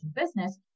business